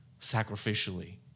sacrificially